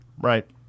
Right